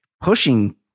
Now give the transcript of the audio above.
pushing